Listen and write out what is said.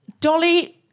Dolly